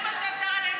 זה מה שהשר הנגבי אמר.